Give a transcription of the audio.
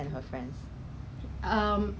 一个月 like thirty days leh